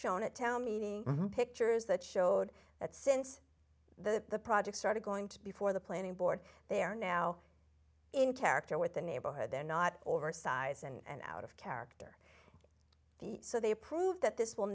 shown a town meeting pictures that showed that since the project started going to be for the planning board they are now in character with the neighborhood they're not oversized and out of character so they prove that this will